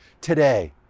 today